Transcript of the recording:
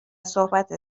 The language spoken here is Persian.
صحبت